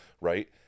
right